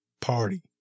Party